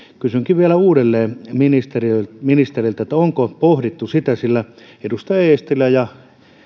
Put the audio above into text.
kysynkin vielä uudelleen ministeriltä ministeriltä onko pohdittu sitä edustaja eestilä ja